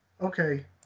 Okay